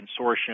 consortium